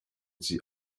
sie